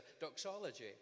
doxology